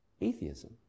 atheism